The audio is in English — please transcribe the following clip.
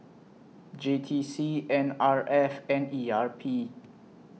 J T C N R F and E R P